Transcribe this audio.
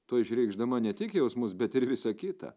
tuo išreikšdama ne tik jausmus bet ir visa kita